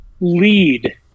lead